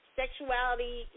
sexuality